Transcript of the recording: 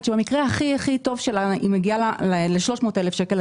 שבמקרה הכי טוב היא במחזור של 300,000 שקל.